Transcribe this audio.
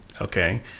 Okay